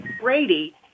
Brady